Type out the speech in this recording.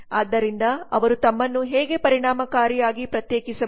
ಆದ್ದರಿಂದ ಅವರು ತಮ್ಮನ್ನು ಹೇಗೆ ಪರಿಣಾಮಕಾರಿಯಾಗಿ ಪ್ರತ್ಯೇಕಿಸಬಹುದು